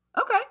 Okay